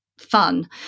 fun